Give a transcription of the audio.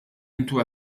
into